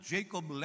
Jacob